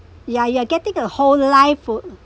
ya you are getting a whole life for